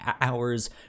hours